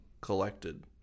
collected